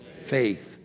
Faith